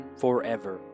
forever